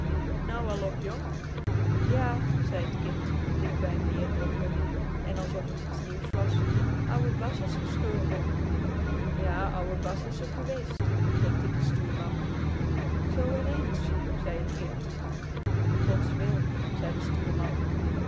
nou al op jong ja zei t kind dicht bij m neerhurkend en alsof t iets nieuws was ouwe bas is gestorven ja ouwe bas is r geweest knikte de stuurman zoo ineens zei t kind gods wil zei de stuurman